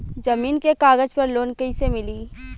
जमीन के कागज पर लोन कइसे मिली?